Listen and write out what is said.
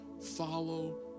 follow